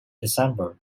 december